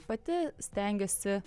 pati stengiuosi